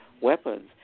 weapons